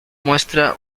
muestra